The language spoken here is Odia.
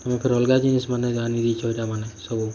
ଆମେ ପୁରା ଅଲ୍ଗା ଜିନିଷ୍ମାନେ ଆନି ଦେଇଛ ଏଟା ମାନେ ସବୁ